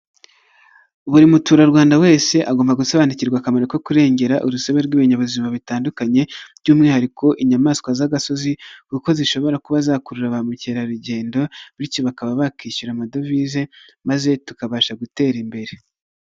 Buri muturarwanda wese agomba gusobanukirwa akamaro ko kurengera urusobe rw'ibinbuzima bitandukanye, by'umwihariko inyamaswa z'agasozi, kuko zishobora kuba zakurura ba mukerarugendo, bityo bakaba bakishyura amadovize, maze tukabasha gutera imbere.